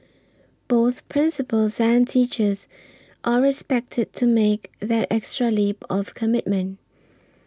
both principals and teachers are expected to make that extra leap of commitment